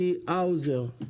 ג'ידא רינאוי זועבי וצבי האוזר.